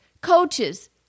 coaches